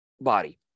body